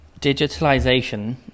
Digitalisation